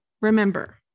remember